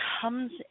comes